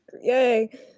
Yay